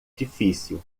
difícil